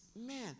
man